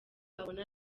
abona